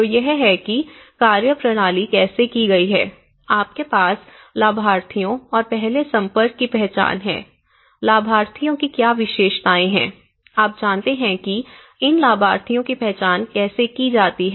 तो यह है कि कार्यप्रणाली कैसे की गई है आपके पास लाभार्थियों और पहले संपर्क की पहचान है लाभार्थियों की क्या विशेषताएं हैं आप जानते हैं कि इन लाभार्थियों की पहचान कैसे की जाती है